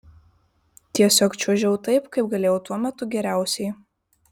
tiesiog čiuožiau taip kaip galėjau tuo metu geriausiai